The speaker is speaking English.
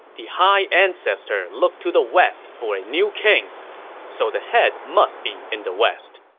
the high ancestor looked to the west for a new king so the head must be in the west.